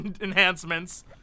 enhancements